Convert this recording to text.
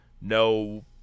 no